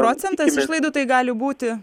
procentas išlaidų tai gali būti